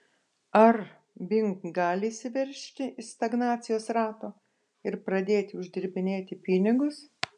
ar bing gali išsiveržti iš stagnacijos rato ir pradėti uždirbinėti pinigus